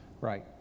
Right